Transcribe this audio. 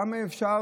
כמה אפשר,